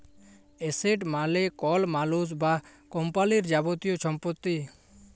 asset মালে কল মালুস বা কম্পালির যাবতীয় ছম্পত্তি